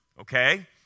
okay